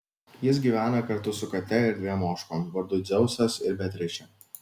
jis gyvena kartu su kate ir dviem ožkom vardu dzeusas ir beatričė